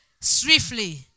swiftly